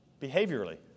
behaviorally